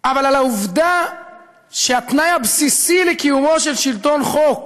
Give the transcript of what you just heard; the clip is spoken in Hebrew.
אבל על העובדה שהתנאי הבסיסי לקיומו של שלטון חוק